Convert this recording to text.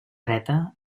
dreta